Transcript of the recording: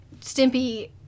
Stimpy